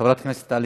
חברת הכנסת טלי.